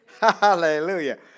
Hallelujah